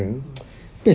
ah